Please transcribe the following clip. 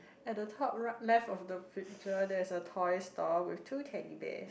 at the top right left of the picture there's a toys store with two Teddy Bears